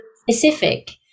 specific